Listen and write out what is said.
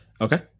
Okay